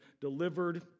delivered